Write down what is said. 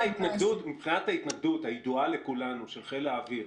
מבחינת ההתנגדות, הידועה לכולנו, של חיל האוויר